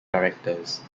directors